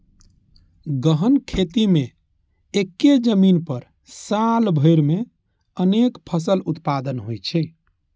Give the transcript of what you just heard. गहन खेती मे एक्के जमीन पर साल भरि मे अनेक फसल उत्पादन होइ छै